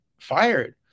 fired